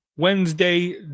Wednesday